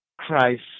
christ